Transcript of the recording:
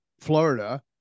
Florida